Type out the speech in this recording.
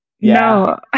no